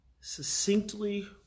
succinctly